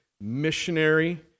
missionary